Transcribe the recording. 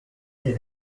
die